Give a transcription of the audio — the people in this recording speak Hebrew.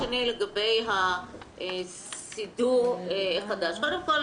בעניין סידור החדש במליאה קודם כול,